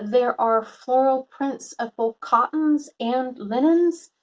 there are floral prints of both cottons and linens.